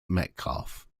metcalfe